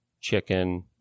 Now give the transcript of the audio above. chicken